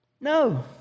No